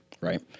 right